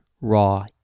raw